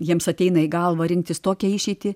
jiems ateina į galvą rinktis tokią išeitį